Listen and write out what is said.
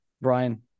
Brian